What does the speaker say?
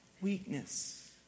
weakness